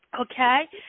okay